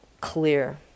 clear